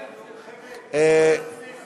חבר'ה, ועדת הכנסת.